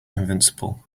invincible